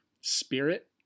spirit